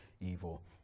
evil